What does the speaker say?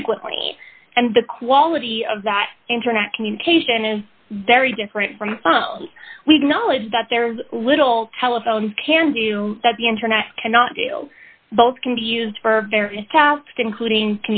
frequently and the quality of that internet communication is very different from we've knowledge that there is little telephones can do that the internet cannot do both can be used for various tasks including